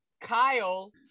kyle